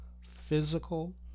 physical